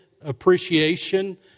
appreciation